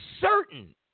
certain